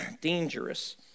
dangerous